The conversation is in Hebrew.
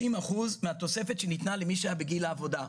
אחוזים מהתוספת שניתנה למי שהיה בגיל העבודה.